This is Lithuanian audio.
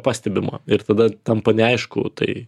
pastebima ir tada tampa neaišku tai